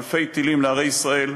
אלפי טילים לערי ישראל.